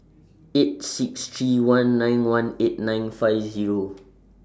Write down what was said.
eight six three one nine one eight nine five Zero